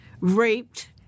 raped